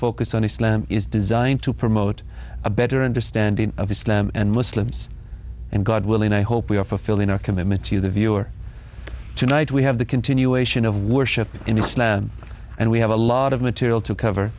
focus on islam is designed to promote a better understanding of islam and muslims and god willing i hope we are fulfilling our commitment to you the viewer tonight we have the continuation of worship in islam and we have a lot of material to cover